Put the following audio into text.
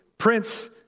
Prince